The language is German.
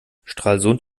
stralsund